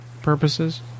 purposes